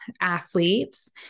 athletes